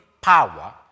power